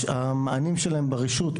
המענים שלהם ברשות,